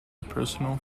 personal